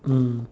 mm